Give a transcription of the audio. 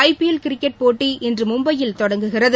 ஐ P L cricket போட்டி இன்று மும்பையில் தொடங்குகிறது